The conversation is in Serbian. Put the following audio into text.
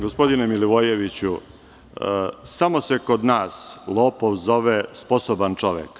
Gospodine Milivojeviću, samo se kod nas lopov zove sposoban čovek.